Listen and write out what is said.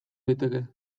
daiteke